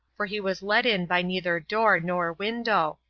for he was let in by neither door nor window,